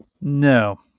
no